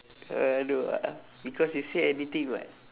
uh no ah because you say anything what